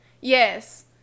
Yes